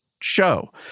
show